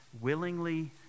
willingly